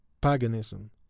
paganism